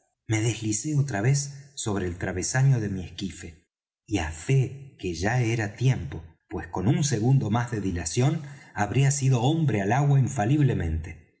me deslicé otra vez sobre el travesaño de mi esquife y á fe que ya era tiempo pues con un segundo más de dilación habría sido hombre al agua infaliblemente